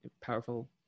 powerful